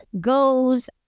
goes